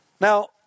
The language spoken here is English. Now